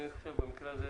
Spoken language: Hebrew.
במקרה הזה,